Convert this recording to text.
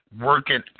Working